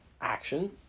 action